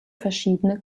verschiedene